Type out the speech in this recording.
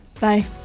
Bye